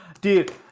dude